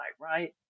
right